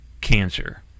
cancer